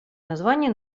название